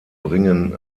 bringen